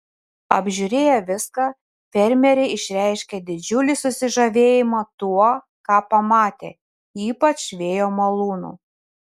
apžiūrėję viską fermeriai išreiškė didžiulį susižavėjimą tuo ką pamatė ypač vėjo malūnu